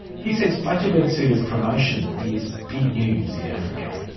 he says fatou bensouda's promotion is big news in africa.